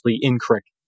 incorrect